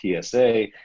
TSA